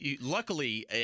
Luckily